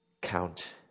Count